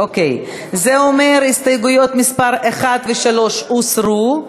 אוקיי, זה אומר שהסתייגויות מס' 1 ו-3 הוסרו,